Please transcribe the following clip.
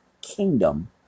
kingdom